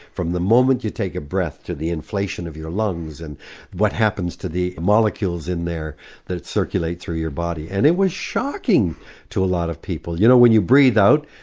from the moment you take a breath to the inflation of your lungs and what happens to the molecules in there that circulate through your body. and it was shocking to a lot of people. you know, when you breathe out,